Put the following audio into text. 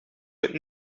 would